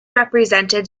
represented